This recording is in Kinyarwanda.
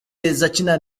izakina